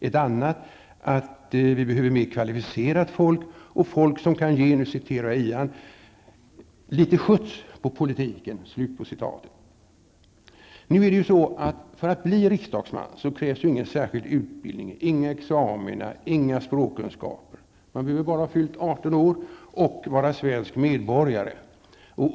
Ett annat argument är att vi behöver mer kvalificerat folk och folk som -- nu citerar jag Ian Wachtmeister -- kan ge ''litet skjuts på politiken''. För att bli riksdagsman krävs ingen särskild utbildning, inga examina, inga språkkunskaper. Man behöver bara ha fyllt 18 år och vara svensk medborgare.